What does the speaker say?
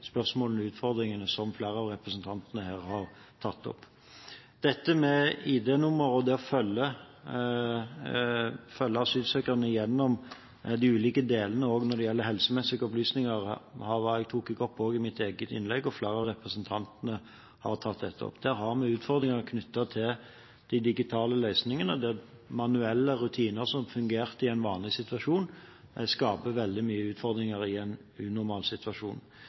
spørsmålene og utfordringene som flere av representantene her har tatt opp. Dette med ID-nummer og det å følge asylsøkerne gjennom de ulike delene også når det gjelder helsemessige opplysninger, tok jeg opp også i mitt eget innlegg, og flere av representantene har tatt dette opp. Der har vi utfordringer knyttet til de digitale løsningene, og manuelle rutiner, som fungerte i en vanlig situasjon, skaper veldig mye utfordringer i en unormal situasjon.